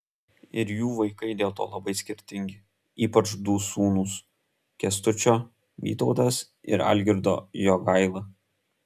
ir jų vaikai dėl to labai skirtingi ypač du sūnūs kęstučio vytautas ir algirdo jogaila